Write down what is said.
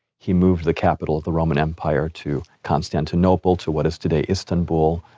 he moved the capital of the roman empire to constantinople, to what is today istanbul,